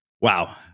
Wow